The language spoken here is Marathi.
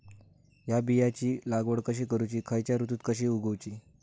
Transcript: हया बियाची लागवड कशी करूची खैयच्य ऋतुत कशी उगउची?